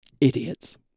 Idiots